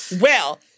Well-